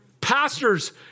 Pastors